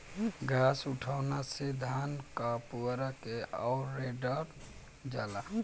घास उठौना से धान क पुअरा के अवडेरल जाला